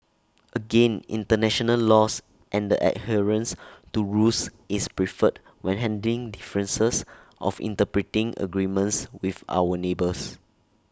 again International laws and the adherence to rules is preferred when handling differences of interpreting agreements with our neighbours